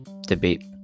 debate